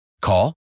Call